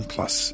Plus